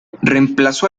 reemplazó